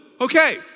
Okay